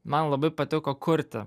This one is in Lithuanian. man labai patiko kurti